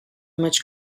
much